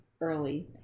early